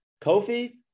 Kofi